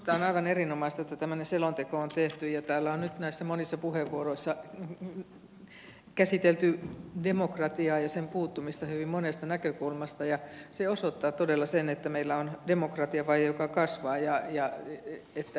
minusta on aivan erinomaista että tämmöinen selonteko on tehty ja täällä on nyt näissä monissa puheenvuoroissa käsitelty demokratiaa ja sen puuttumista hyvin monesta näkökulmasta ja se osoittaa todella sen että meillä on demokratiavaje joka kasvaa ja että eriarvoisuus lisääntyy